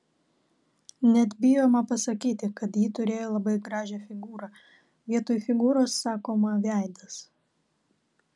net bijoma pasakyti kad ji turėjo labai gražią figūrą vietoj figūros sakoma veidas